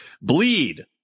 Bleed